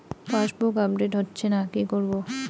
Passbook update হচ্ছেনা কি করবো?